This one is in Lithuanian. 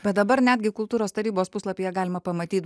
bet dabar netgi kultūros tarybos puslapyje galima pamatyt